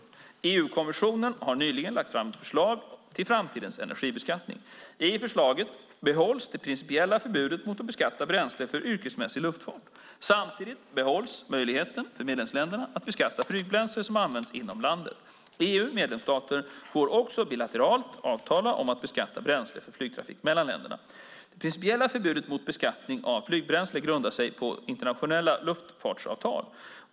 EU-kommissionen har nyligen lagt fram ett förslag till framtidens energibeskattning. I förslaget behålls det principiella förbudet mot att beskatta bränsle för yrkesmässig luftfart. Samtidigt behålls möjligheten för medlemsländerna att beskatta flygbränsle som används inom landet. EU:s medlemsstater får också bilateralt avtala om att beskatta bränsle för flygtrafik mellan länderna. Det principiella förbudet mot beskattning av flygbränsle grundar sig på internationella luftfartsavtal.